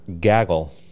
gaggle